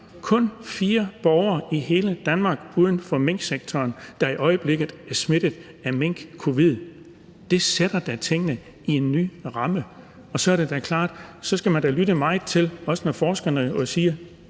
kun fire borgere i hele Danmark uden for minksektoren i øjeblikket er smittet af minkcovid, sætter det da tingene i en ny ramme. Så er det klart, at man da skal lytte meget til det, når en del af forskerne siger,